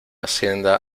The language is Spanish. hacienda